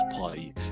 party